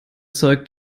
zeug